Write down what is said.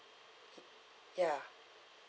ya